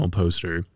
poster